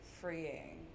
freeing